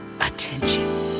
attention